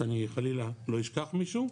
שאני חלילה לא אשכח מישהו,